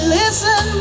listen